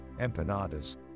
empanadas